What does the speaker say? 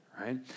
right